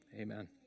Amen